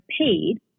paid